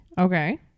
Okay